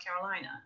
Carolina